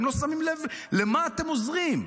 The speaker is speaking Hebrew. אתם לא שמים לב למה אתם עוזרים,